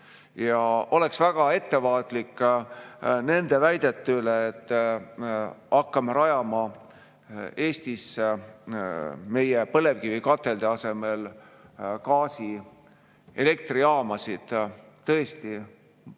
on. Oleksin väga ettevaatlik nende väidete suhtes, et hakkame rajama Eestisse meie põlevkivikatelde asemel gaasielektrijaamasid. Tõesti,